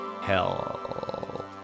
hell